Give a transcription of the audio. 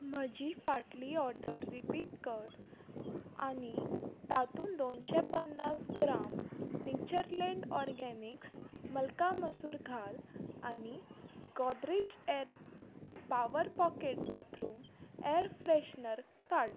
म्हजी फाटली order repeat कर आनी तातूंत दोनशें पन्नास ग्राम नेचर लँड ऑर्गेनिक्स मल्का मसूर घाल आनी Godrej air power pocket bathroom air freshener काड